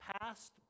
past